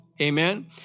amen